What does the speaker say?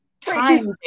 time